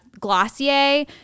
Glossier